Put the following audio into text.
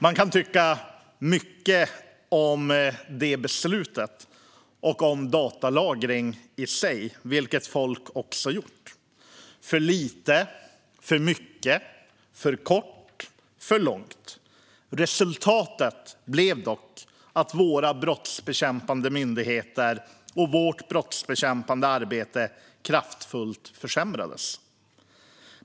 Man kan ha många åsikter om beslutet och om datalagring i sig, vilket folk också har haft: för lite, för mycket, för kort eller för långt. Resultatet blev dock att våra brottsbekämpande myndigheter och vårt brottsbekämpande arbete kraftfullt försämrades.